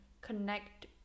connect